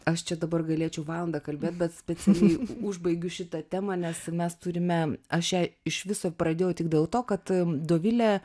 aš čia dabar galėčiau valandą kalbėt bet specialiai užbaigiu šitą temą nes mes turime aš ją iš viso pradėjau tik dėl to kad dovilė